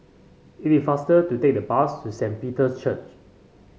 it is faster to take the bus to Saint Peter's Church